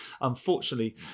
Unfortunately